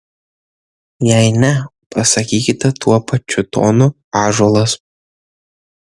jei ne pasakykite tuo pačiu tonu ąžuolas